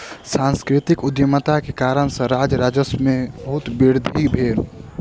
सांस्कृतिक उद्यमिता के कारणेँ सॅ राज्य के राजस्व में बहुत वृद्धि भेल